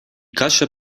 kasia